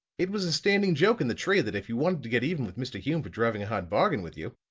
it was a standing joke in the trade that if you wanted to get even with mr. hume for driving a hard bargain with you,